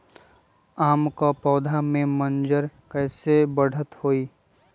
आम क पौधा म मजर म कैसे बढ़त होई?